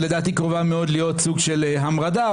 שלדעתי קרובה מאוד להיות סוג של המרדה,